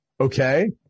okay